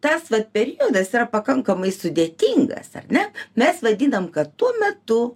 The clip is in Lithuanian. tas vat periodas yra pakankamai sudėtingas ar ne mes vadinam kad tuo metu